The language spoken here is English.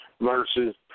versus